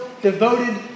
devoted